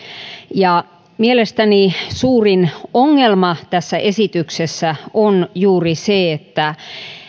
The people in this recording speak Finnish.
ja mielestäni suurin ongelma tässä esityksessä on juuri se että